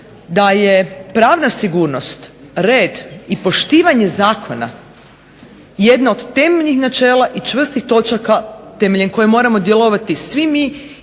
da je pravna sigurnost, red i poštivanje Zakona jedno od temeljnih načela i čvrstih točaka temeljem kojeg moramo djelovati svi mi